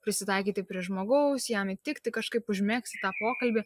prisitaikyti prie žmogaus jam įtikti kažkaip užmegzti tą pokalbį